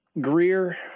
Greer